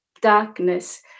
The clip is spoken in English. darkness